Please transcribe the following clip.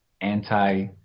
Anti